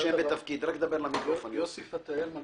האם